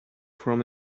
from